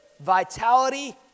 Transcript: vitality